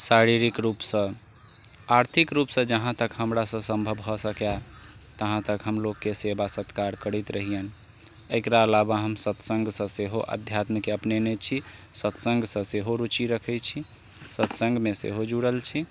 शारीरिक रूपसँ आर्थिक रूपसँ जहाँ तक हमरासँ सम्भव भऽ सकै तहाँ तक हम लोककेँ सेवा सत्कार करैत रहियनि एकरा अलावा हम सत्सङ्गसँ सेहो अध्यात्मके अपनेने छी सत्सङ्गसँ सेहो रुचि रखै छी सत्सङ्गमे सेहो जुड़ल छी